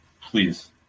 Please